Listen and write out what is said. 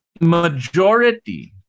majority